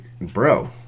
bro